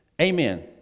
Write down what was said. Amen